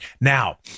Now